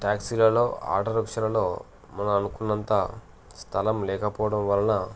టాక్సీలలో auto రిక్షాలలో మనం అనుకున్నంత స్థలం లేకపోవడం వలన